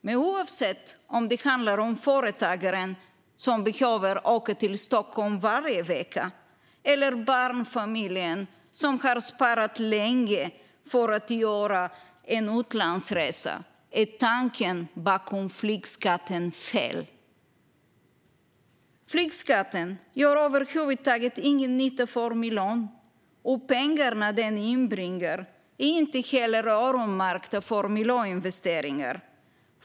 Men oavsett om det handlar om företagaren som behöver åka till Stockholm varje vecka eller barnfamiljen som har sparat länge för att göra en utlandsresa är tanken bakom flygskatten fel. Flygskatten gör över huvud taget ingen nytta för miljön, och pengarna den inbringar är inte heller öronmärkta för miljöinvesteringar.